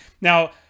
Now